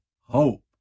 hope